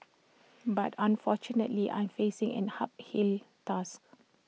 but unfortunately I'm facing an uphill task